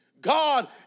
God